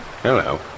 Hello